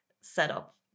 setup